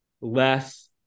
less